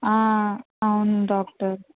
అవును డాక్టర్